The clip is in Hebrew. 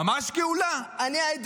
אומר את